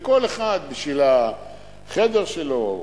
וכל אחד בשביל החדר שלו,